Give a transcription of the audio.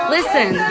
Listen